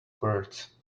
words